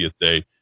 day